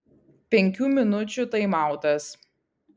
penkių minučių taimautas